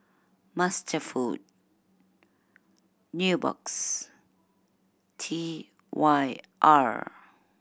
MasterFoods Nubox T Y R